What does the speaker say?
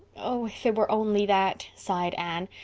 oh, if it were only that, sighed anne.